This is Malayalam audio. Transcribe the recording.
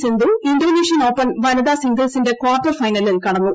സിന്ധു ഇന്തോ്നേഷ്യൻ ഓപ്പൺ വനിതാ സിംഗിൾസിന്റെ കാർട്ടർ ഫൈന്ലിൽ കടന്നു